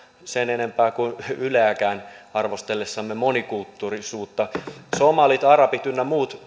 sen enempää kuin yleäkään arvostellessamme monikulttuurisuutta somalit arabit ynnä muut